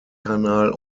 kanal